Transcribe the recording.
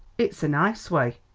it's a nice way,